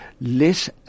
less